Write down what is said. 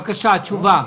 בבקשה תשובה.